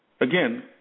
again